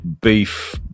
beef